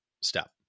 step